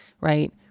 right